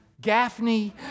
gaffney